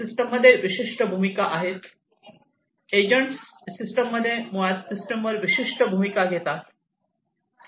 सिस्टममध्ये विशिष्ट भूमिका आहेत एजंट्स सिस्टममध्ये मुळात सिस्टमवर विशिष्ट भूमिका घेतात